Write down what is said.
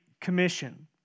Commission